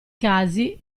casi